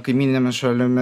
kaimyninėmis šalimi